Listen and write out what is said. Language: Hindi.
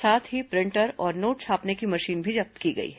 साथ ही प्रिंटर और नोट छापने की मशीन भी जब्त की गई है